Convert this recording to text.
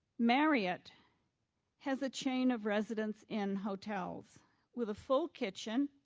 marriott has a chain of residence inn hotels with a full kitchen,